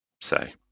say